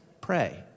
pray